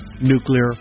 nuclear